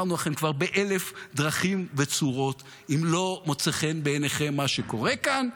כבר אמרנו לכם באלף דרכים וצורות: אם לא מוצא חן בעיניכם מה שקורה כאן,